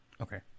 Okay